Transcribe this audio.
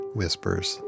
whispers